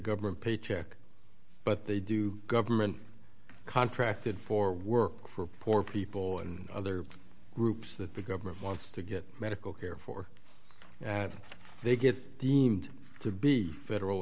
government paycheck but they do government contracted for work for poor people and other groups that the government wants to get medical care for that they get deemed to be federal